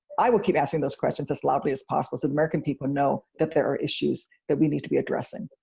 i will keep asking those questions as loudly as possible so the american people know that there are issues that we need to be addressing.